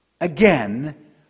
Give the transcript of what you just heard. again